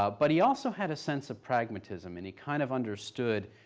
but but he also had a sense of pragmatism and he kind of understood,